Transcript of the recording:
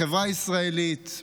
בחברה הישראלית,